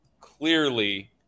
clearly